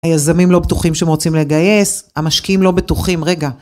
היזמים לא בטוחים שהם רוצים לגייס, המשקיעים לא בטוחים רגע ...